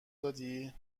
بدی